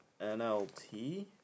NLT